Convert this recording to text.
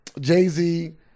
Jay-Z